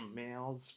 males